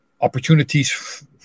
opportunities